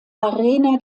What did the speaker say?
arena